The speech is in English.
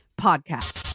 Podcast